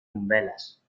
umbelas